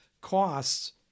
costs